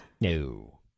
No